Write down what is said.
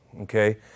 okay